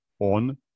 on